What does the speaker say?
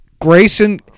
Grayson